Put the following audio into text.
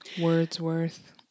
Wordsworth